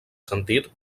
sentit